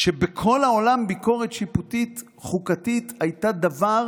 כשבכל העולם ביקורת שיפוטית חוקתית הייתה דבר